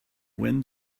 when